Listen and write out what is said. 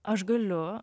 aš galiu